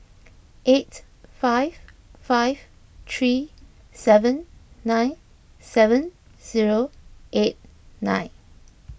eight five five three seven nine seven zero eight nine